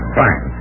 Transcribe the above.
fine